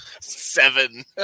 Seven